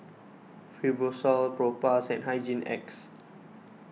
Fibrosol Propass and Hygin X